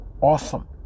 Awesome